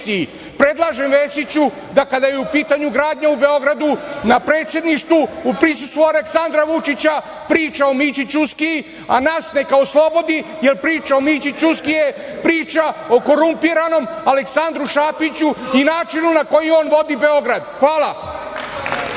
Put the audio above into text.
opoziciji. Predlažem Vesiću da kada je u pitanju gradnja u Beogradu, na predsedništvu u prisustvu Aleksandra Vučića priča o Mići Ćuskiji, a neka oslobodi, jer priča o Mići Ćuskiji priča o korumpiranu Aleksandru Šapiću i načinu na koji on vodi Beograd. Hvala.